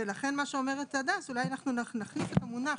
ולכן מה שאומרת הדס זה אולי להחליף את המונח,